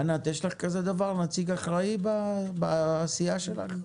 ענת, יש לך כזה דבר נציג אחראי בעשייה שלך?